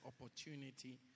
opportunity